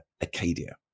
Acadia